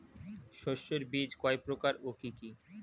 শস্যের বীজ কয় প্রকার ও কি কি?